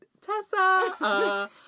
Tessa